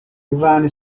ivan